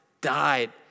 died